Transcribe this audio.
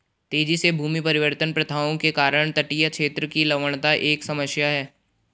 तेजी से भूमि परिवर्तन प्रथाओं के कारण तटीय क्षेत्र की लवणता एक समस्या है